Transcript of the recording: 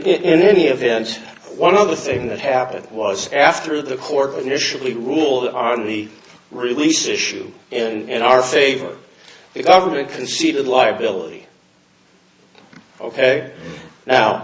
any event one other thing that happened was after the court initially ruled on the release issue in our favor the government conceded liability ok now